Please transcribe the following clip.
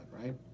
right